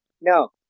No